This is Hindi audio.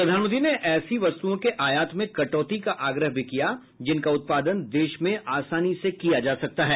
प्रधानमंत्री ने ऐसी वस्तुओं के आयात में कटौती का आग्रह भी किया जिनका उत्पादन देश में आसानी से किया जा सकता है